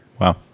Wow